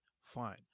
fine